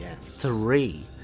three